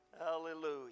Hallelujah